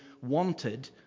wanted